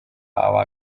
aba